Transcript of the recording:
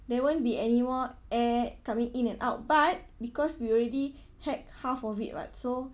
there won't be anymore air coming in and out but because we already hack half of it [what] so